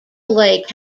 lake